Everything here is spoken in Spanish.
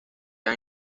han